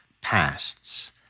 pasts